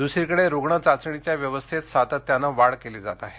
द्सरीकडे रुग्ण चाचणीच्या व्यवस्थेत सातत्याने वाढ केली जात आहे